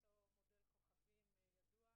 אותו מודל כוכבים ידוע,